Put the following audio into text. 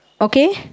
Okay